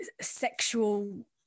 sexual